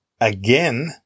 Again